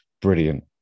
brilliant